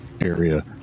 area